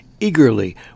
eagerly